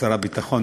שר הביטחון,